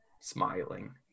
smiling